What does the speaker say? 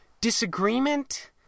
disagreement